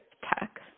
tech